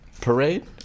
Parade